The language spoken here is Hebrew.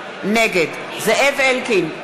נגד זאב אלקין,